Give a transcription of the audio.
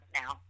now